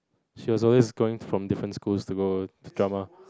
she was always going from different schools to go drama